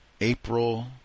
April